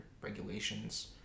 regulations